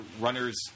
runner's